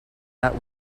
that